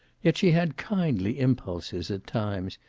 yet she had kindly impulses, at times,